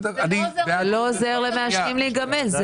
זה לא עוזר למעשנים להיגמל.